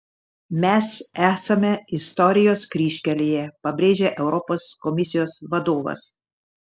mes esame istorijos kryžkelėje pabrėžė europos komisijos vadovas